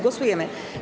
Głosujemy.